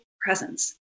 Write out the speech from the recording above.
presence